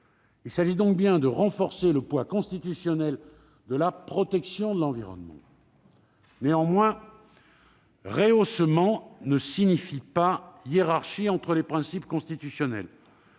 Il s'agit donc bien de renforcer le poids constitutionnel de la protection de l'environnement. Néanmoins, rehaussement ne signifie pas hiérarchie entre les principes constitutionnels.